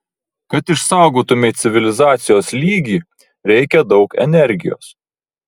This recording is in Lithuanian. kad išsaugotumei civilizacijos lygį reikia daug energijos